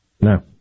No